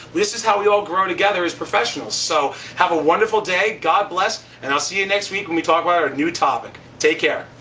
this is how we all grow together as professionals. so have a wonderful day. god bless. and i'll see you next week when we talk about a new topic. take care.